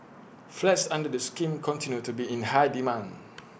flats under the scheme continue to be in high demand